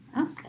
Okay